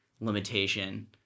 limitation